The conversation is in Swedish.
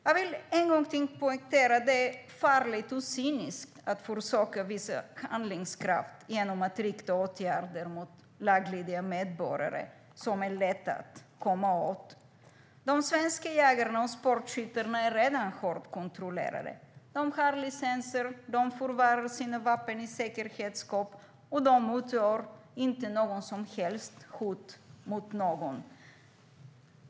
Jag vill en gång till poängtera att det är farligt och cyniskt att försöka visa handlingskraft genom att rikta åtgärder mot laglydiga medborgare som är lätta att komma åt. De svenska jägarna och sportskyttarna är redan hårt kontrollerade. De har licenser och förvarar sina vapen i säkerhetsskåp, och de utgör inte något som helst hot mot någon.